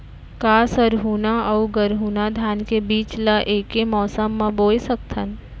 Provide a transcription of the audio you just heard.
का हरहुना अऊ गरहुना धान के बीज ला ऐके मौसम मा बोए सकथन?